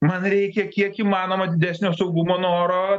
man reikia kiek įmanoma didesnio saugumo noro